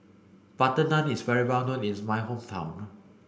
butter naan is well known in my hometown